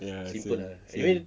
ya same same